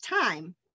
Time